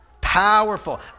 Powerful